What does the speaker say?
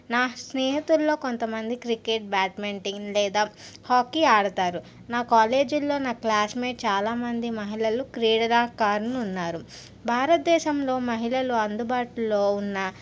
నా స్నేహితుల్లో కొంతమంది క్రికెట్ బ్యాట్మెంటింగ్ లేదా హాకీ ఆడతారు నా కాలేజీల్లో నా క్లాస్మేట్ చాలామంది మహిళలు క్రీడాకారులున్నారు భారతదేశంలో మహిళలు అందుబాటులో ఉన్న